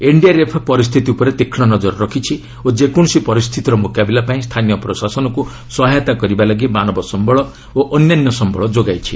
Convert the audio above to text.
NDRF ପରିସ୍ଥିତି ଉପରେ ତୀକ୍ଷ୍ଣ ନଜର ରଖିଛି ଓ ଯେକୌଣସି ପରିସ୍ଥିତିର ମୁକାବିଲା ପାଇଁ ସ୍ଥାନୀୟ ପ୍ରଶାସନକୁ ସହାୟତା କରିବାଲାଗି ମାନବ ସମ୍ଭଳ ଓ ଅନ୍ୟାନ୍ୟ ସମ୍ଭଳ ଯୋଗାଇଛି